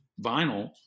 vinyl